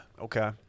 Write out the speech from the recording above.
Okay